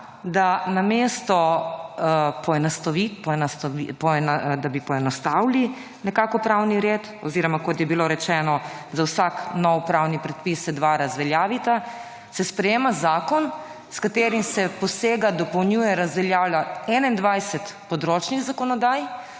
da namesto, da bi poenostavili nekako pravni red oziroma kot je bilo rečeno, za vsak nov pravni predpis se dva razveljavita, se sprejema zakon s katerim se posega, dopolnjuje, razveljavlja 21 področnih zakonodaj,